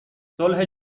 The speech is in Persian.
صلح